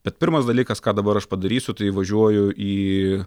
bet pirmas dalykas ką dabar aš padarysiu tai važiuoju į